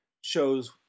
shows